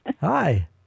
Hi